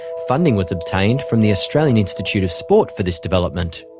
funding was obtained from the australian institute of sport for this development.